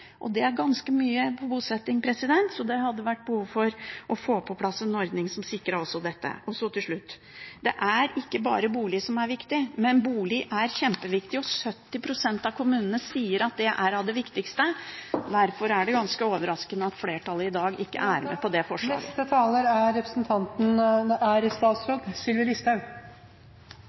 og det er ganske mye bosetting. Så det hadde vært behov for å få på plass en ordning som sikret også dette. Så til slutt: Det er ikke bare bolig som er viktig, men bolig er kjempeviktig. 70 pst. av kommunene sier at det er av det viktigste. Derfor er det ganske overraskende at flertallet i dag ikke er med på det forslaget. Representanten Karin Andersen har tatt opp de forslagene hun refererte til. I